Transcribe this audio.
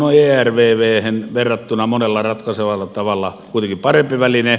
evm on ervvhen verrattuna monella ratkaisevalla tavalla kuitenkin parempi väline